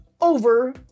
over